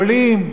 עולים.